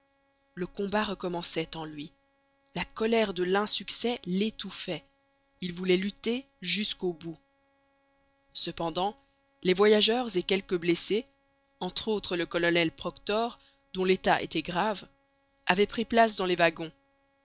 le combat recommençait en lui la colère de l'insuccès l'étouffait il voulait lutter jusqu'au bout cependant les voyageurs et quelques blessés entre autres le colonel proctor dont l'état était grave avaient pris place dans les wagons